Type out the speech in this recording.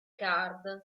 card